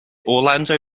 orlando